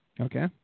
Okay